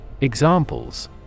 Examples